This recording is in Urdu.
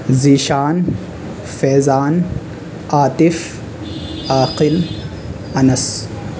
ذیشان فیضان عاطف عاقل انس